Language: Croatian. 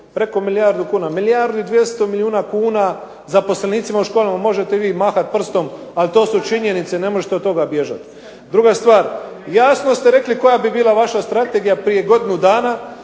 preko milijardu kuna, milijardu i 200 milijuna kuna zaposlenicima u školama. Možete vi mahati prstom, ali to su činjenice, ne možete od toga bježat. Druga stvar, jasno ste rekli koja bi bila vaša strategija prije godinu dana